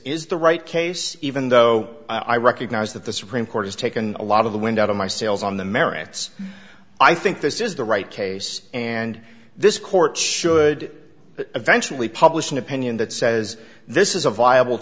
is the right case even though i recognize that the supreme court has taken a lot of the wind out of my sails on the merits i think this is the right case and this court should eventually publish an opinion that says this is a viable